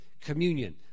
communion